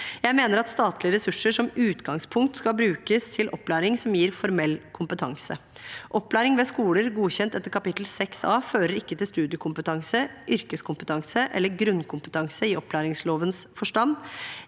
Jeg mener at statlige ressurser som utgangspunkt skal brukes til opplæring som gir formell kompetanse. Opplæring ved skoler som er godkjent etter kapittel 6A, fører ikke til studiekompetanse, yrkeskompetanse eller grunnkompetanse i opplæringslovens forstand.